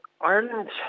Ireland